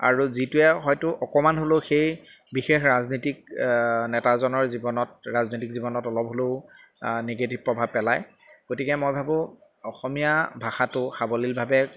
আৰু যিটোৱে হয়তো অকণমান হ'লেও সেই বিশেষ ৰাজনৈতিক নেতাজনৰ জীৱনত ৰাজনৈতিক জীৱনত অলপ হ'লেও নিগেটিভ প্ৰভাৱ পেলায় গতিকে মই ভাবোঁ অসমীয়া ভাষাটো সাৱলীলভাৱে